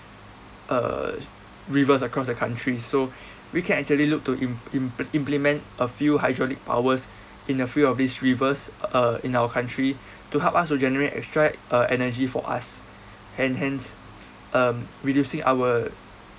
err rivers across the country so we can actually look to im~ imp~ implement a few hydraulic powers in a few of these rivers uh in our country to help us to generate extract uh energy for us and hence um reducing our